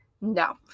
no